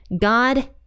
God